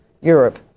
Europe